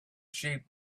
sheep